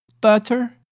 Butter